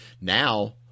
Now